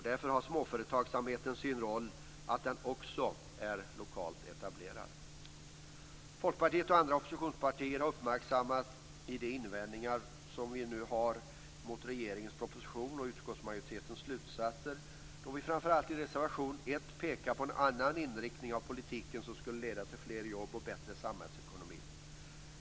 Därför har småföretagsamheten sin roll i att den också är lokalt etablerad. Folkpartiet och andra oppositionspartier har uppmärksammat invändningarna mot regeringens proposition och utskottsmajoritetens slutsatser, då vi framför allt i reservation nr 1 förordar en annan inriktning av politiken som skulle kunna leda till fler jobb och bättre samhällsekonomi.